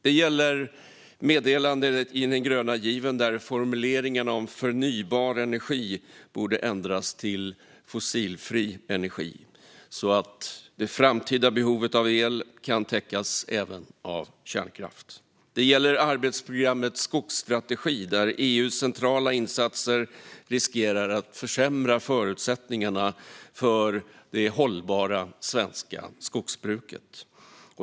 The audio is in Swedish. Det gäller meddelandet i den gröna given, där formuleringarna om förnybar energi borde ändras till fossilfri energi så att det framtida behovet av el kan täckas även av kärnkraft. Det gäller arbetsprogrammets skogsstrategi, där EU:s centrala insatser riskerar att försämra förutsättningarna för det hållbara svenska skogsbruket.